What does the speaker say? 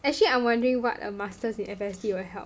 actually I'm wondering what a masters in F_S_T will help